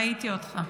ראיתי אותך,